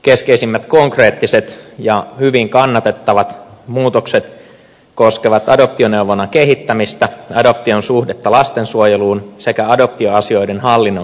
keskeisimmät konkreettiset ja hyvin kannatettavat muutokset koskevat adoptioneuvonnan kehittämistä adoption suhdetta lastensuojeluun sekä adoptioasioiden hallinnon kehittämistä